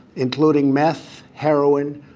including meth, heroin,